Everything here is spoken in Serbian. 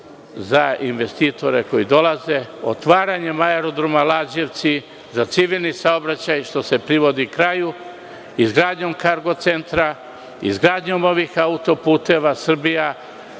za investitore koji dolaze. Otvaranjem Aerodroma „Lađevci“ za civilni saobraćaj se privodi kraju. Izgradnjom kargocentra, izgradnjom autoputeva,